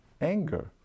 anger